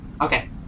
Okay